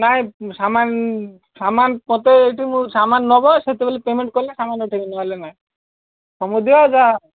ନାଇ ସାମାନ ସାମାନ ମୋତେ ଏଇଠି ମୁଁ ସାମାନ ନେବ ସେତେବେଳେ ପେମେଣ୍ଟ କଲେ ସାମାନ ଉଠେଇବି ନହେଲେ ନାହିଁ ସମୁଦି ହଉ ଯାହା